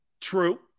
True